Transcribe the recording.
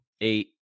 eight